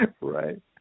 Right